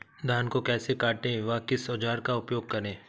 धान को कैसे काटे व किस औजार का उपयोग करें?